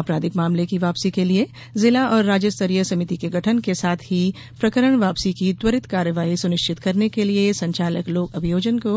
आपराधिक मामले की वापसी के लिये जिला और राज्य स्तरीय समिति के गठन के साथ ही प्रकरण वापसी की त्वरित कार्यवाही सुनिश्चित करने के लिए संचालक लोक अभियोजन को